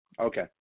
Okay